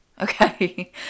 okay